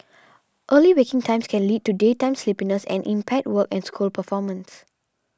early waking times can lead to daytime sleepiness and impaired work and school performance